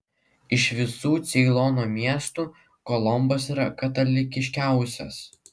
iš visų ceilono miestų kolombas yra katalikiškiausias